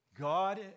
God